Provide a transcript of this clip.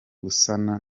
gusana